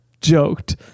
joked